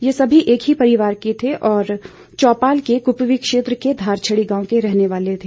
ये सभी एक परिवार के हैं और चौपाल के क्पवी क्षेत्र के धारछड़ी गांव के रहने वाले हैं